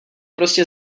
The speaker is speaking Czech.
prostě